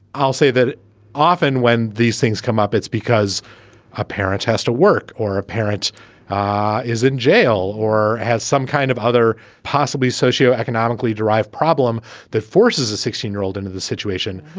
i'll say that often when these things come up, it's because a parent has to work or a parent ah is in jail or has some kind of other possibly socio economically derived problem that forces a sixteen year old into this situation.